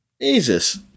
Jesus